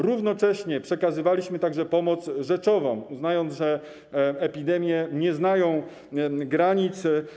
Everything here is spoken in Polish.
Równocześnie przekazywaliśmy także pomoc rzeczową, uznając, że epidemie nie znają granic.